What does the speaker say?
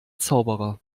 zauberer